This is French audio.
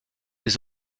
les